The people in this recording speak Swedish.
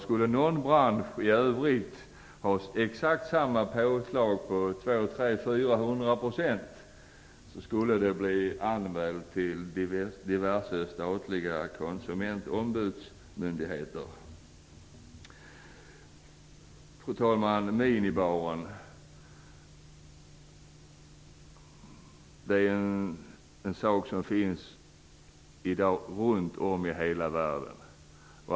Skulle någon bransch i övrigt ha exakt samma påslag på 200, 300 eller 400 % skulle den bli anmäld till diverse statliga konsumentombudsmyndigheter. Fru talman! Minibarer finns i dag överallt i världen.